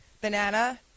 Banana